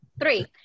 three